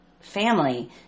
family